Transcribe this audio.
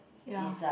ya